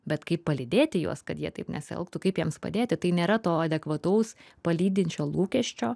bet kaip palydėti juos kad jie taip nesielgtų kaip jiems padėti tai nėra to adekvataus palydinčio lūkesčio